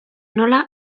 nola